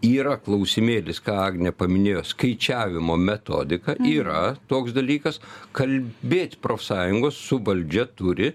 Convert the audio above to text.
yra klausimėlis ką agnė paminėjo skaičiavimo metodika yra toks dalykas kalbėt profsąjungos su valdžia turi